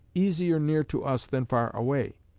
easier near to us than far away.